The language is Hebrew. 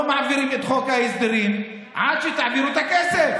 מעבירים את חוק ההסדרים עד שתעבירו את הכסף?